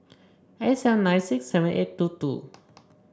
eight seven nine six seven eight two two